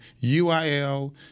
UIL